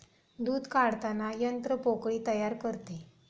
दूध काढताना यंत्र पोकळी तयार करते